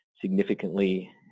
significantly